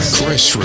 Chris